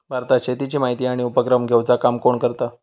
भारतात शेतीची माहिती आणि उपक्रम घेवचा काम कोण करता?